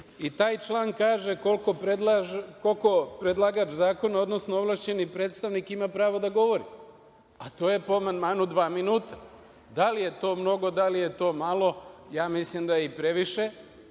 i taj član kaže koliko predlagač zakona, odnosno ovlašćeni predstavnik ima pravo da govori, a to je po amandmanu dva minuta. Da li je to mnogo, da li je to malo? Ja mislim da je to i previše,